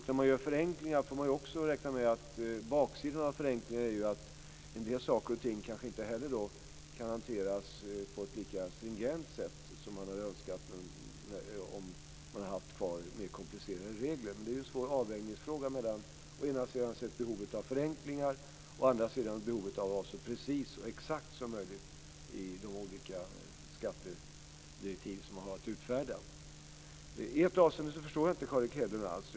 När man gör förenklingar får man också räkna med att baksidan av förenklingarna är att en del saker kanske inte heller kan hanteras på ett lika stringent sätt som man hade önskat om man hade haft kvar mer komplicerade regler. Men det är en svår avvägningsfråga mellan å ena sidan behovet av förenklingar och å andra sidan behovet av att vara så precis och exakt som möjligt i de olika skattedirektiv som man har att utfärda. I ett avseende förstår jag inte Carl Erik Hedlund alls.